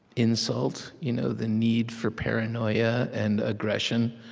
insult, you know the need for paranoia and aggression.